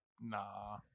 Nah